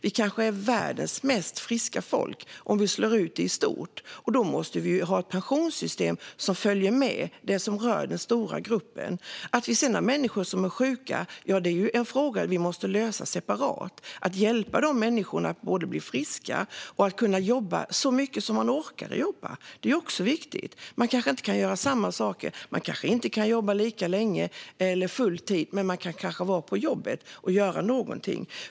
Vi kanske är världens friskaste folk om vi slår ut det i stort. Vi måste ha ett pensionssystem som följer med det som rör den stora gruppen. Att vi sedan har människor som är sjuka är en fråga vi måste lösa separat. Att hjälpa de människorna att bli friska och att kunna jobba så mycket som de orkar jobba är också viktigt. Man kanske inte kan göra samma saker. Man kanske inte kan jobba lika länge eller full tid, men man kan kanske vara på jobbet och göra någonting.